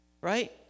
right